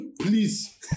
Please